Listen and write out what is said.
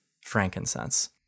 frankincense